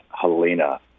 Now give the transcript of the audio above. Helena